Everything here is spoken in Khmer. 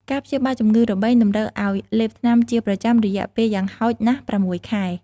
ការព្យាបាលជំងឺរបេងតម្រូវឱ្យលេបថ្នាំជាប្រចាំរយៈពេលយ៉ាងហោចណាស់ ៦ ខែ។